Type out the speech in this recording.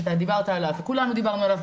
שאתה דיברת עליו וכולנו דיברנו עליו,